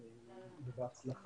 נשמח